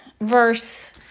verse